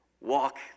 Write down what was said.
walk